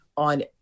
on